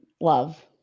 love